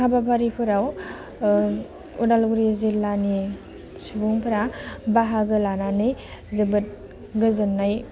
हाबाफारिफोराव अदालगुरि जिल्लानि सुबुंफ्रा बाहागो लानानै जोबोद गोजोननाय